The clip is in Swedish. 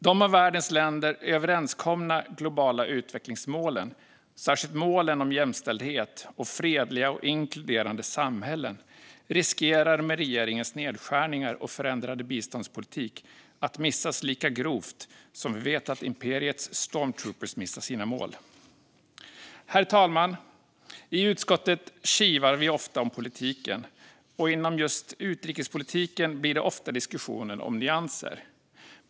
De av världens länder överenskomna globala utvecklingsmålen, särskilt målen om jämställdhet och fredliga och inkluderande samhällen, riskerar med regeringens nedskärningar och förändrade biståndspolitik att missas lika grovt som vi vet att imperiets stormtroopers missar sina mål. Herr talman! I utskottet kivas vi ofta om politiken. Och inom just utrikespolitiken blir det ofta diskussioner om nyanser.